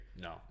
No